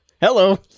hello